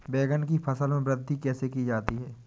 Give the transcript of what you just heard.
बैंगन की फसल में वृद्धि कैसे की जाती है?